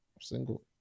single